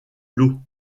lot